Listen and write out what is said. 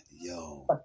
Yo